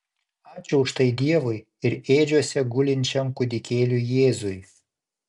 ačiū už tai dievui ir ėdžiose gulinčiam kūdikėliui jėzui